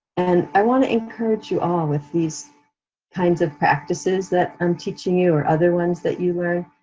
and i wanna encourage you all with these kinds of practices that i'm teaching you or other ones that you learn.